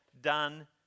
done